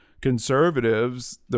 conservatives